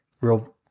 real